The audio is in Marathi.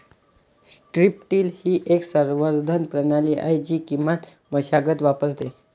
स्ट्रीप टिल ही एक संवर्धन प्रणाली आहे जी किमान मशागत वापरते